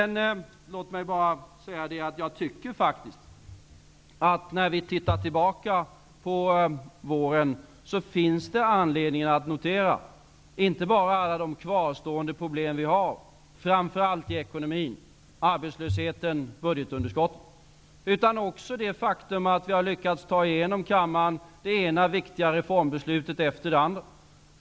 När vi tittar tillbaka på våren finns det anledning att notera inte bara alla de kvarstående problem vi har framför allt i ekonomin -- arbetslösheten och budgetunderskottet -- utan också det faktum att vi har lyckats att i kammaren få igenom det ena viktiga reformbeslutet efter det andra.